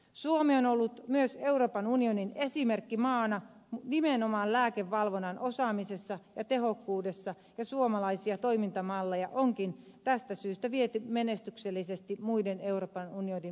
suomi on ollut myös euroopan unionin esimerkkimaana nimenomaan lääkevalvonnan osaamisessa ja tehokkuudessa ja suomalaisia toimintamalleja onkin tästä syystä viety menestyksellisesti muiden euroopan unionin maiden käyttöön